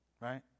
Right